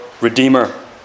Redeemer